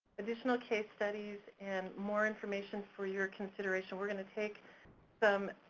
additional case studies and more information for your consideration. we're gonna take some.